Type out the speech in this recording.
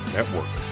Network